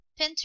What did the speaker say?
Pinterest